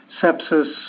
sepsis